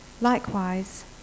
Likewise